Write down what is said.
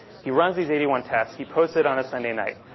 he runs these eighty one tests, he posts it on a sunday night.